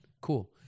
Cool